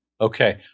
Okay